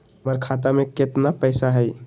हमर खाता में केतना पैसा हई?